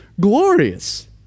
glorious